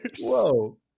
Whoa